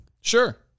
Sure